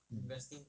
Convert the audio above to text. mm